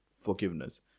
forgiveness